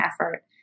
effort